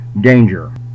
danger